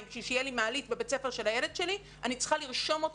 ובשביל שתהיה לי מעלית בבית הספר של הילד שלי אני צריכה לרשום אותו